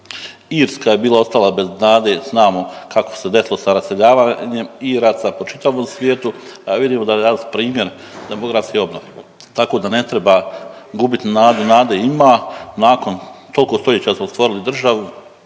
Irska je bila ostala bez nade, znamo kako se desilo sa raseljavanjem i rad sa, po čitavom svijetu. A vidimo danas primjer demografske obnove, tako da ne treba gubit nadu. Nade ima. Nakon toliko stoljeća smo stvorili državu,